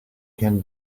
can